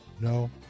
no